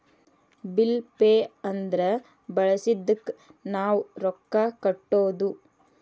bill pay ಅಂದ್ರ ಬಳಸಿದ್ದಕ್ಕ್ ನಾವ್ ರೊಕ್ಕಾ ಕಟ್ಟೋದು